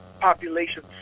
population